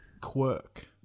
Quirk